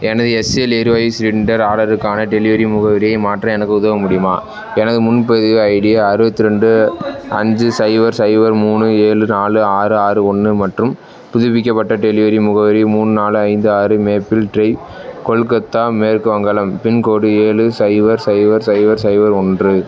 எனது எஸ்எல் எரிவாயு சிலிண்டர் ஆர்டருக்கான டெலிவரி முகவரியை மாற்ற எனக்கு உதவ முடியுமா எனது முன்பதிவு ஐடி அறுவத்ரெண்டு அஞ்சு சைபர் சைபர் மூணு ஏழு நாலு ஆறு ஆறு ஒன்று மற்றும் புதுப்பிக்கப்பட்ட டெலிவரி முகவரி மூணு நாலு ஐந்து ஆறு மேப்பிள் ட்ரைவ் கொல்கத்தா மேற்கு வங்காளம் பின்கோடு ஏழு சைபர் சைபர் சைபர் சைபர் ஒன்று